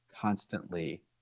constantly